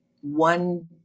one